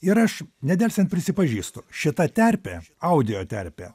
ir aš nedelsiant prisipažįstu šita terpė audinio terpė